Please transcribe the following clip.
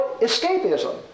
escapism